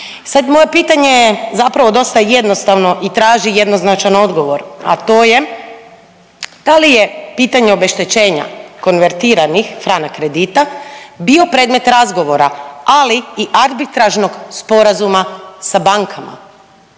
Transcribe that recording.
moje pitanje je zapravo dosta jednostavno i traži jednoznačan odgovor, a to da li je pitanje obeštećenja konvertiranih franak kredita bio predmet razgovora ali i arbitražnog sporazuma sa bankama?